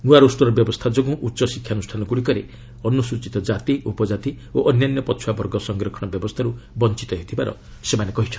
ନୂଆ ରୋଷ୍ଟର ବ୍ୟବସ୍ଥା ଯୋଗୁଁ ଉଚ୍ଚ ଶିକ୍ଷାନୁଷ୍ଠାନଗୁଡ଼ିକରେ ଅନୁସ୍ଚିତ କାତି ଉପକାତି ଓ ଅନ୍ୟାନ୍ୟ ପଛୁଆ ବର୍ଗ ସଂରକ୍ଷଣ ବ୍ୟବସ୍ଥାରୁ ବଞ୍ଚିତ ହେଉଥିବାର ସେମାନେ କହିଛନ୍ତି